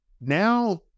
Now